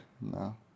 No